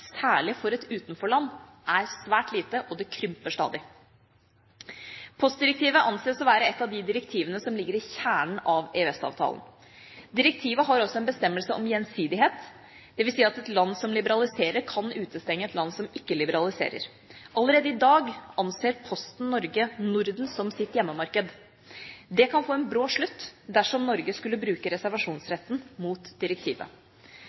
særlig for et utenforland, er svært lite, og det krymper stadig. Postdirektivet anses å være et av de direktivene som ligger i kjernen av EØS-avtalen. Direktivet har også en bestemmelse om gjensidighet. Det vil si at et land som liberaliserer, kan utestenge et land som ikke liberaliserer. Allerede i dag anser Posten Norge Norden som sitt hjemmemarked. Det kan få en brå slutt dersom Norge skulle bruke reservasjonsretten mot direktivet.